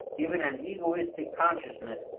given an egoistic consciousness,